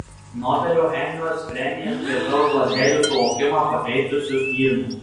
nobelio chemijos premija skirta už ląstelių suvokimą pakeitusius tyrimus